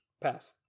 Pass